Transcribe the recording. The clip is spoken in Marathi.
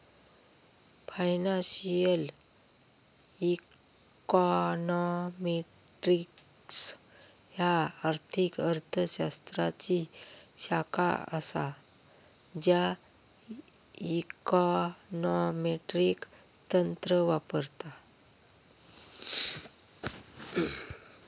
फायनान्शियल इकॉनॉमेट्रिक्स ह्या आर्थिक अर्थ शास्त्राची शाखा असा ज्या इकॉनॉमेट्रिक तंत्र वापरता